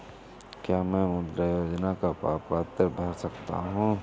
क्या मैं मुद्रा योजना का प्रपत्र भर सकता हूँ?